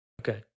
Okay